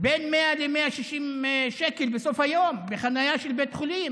בין 100 ל-160 שקל בסוף היום בחניה של בית חולים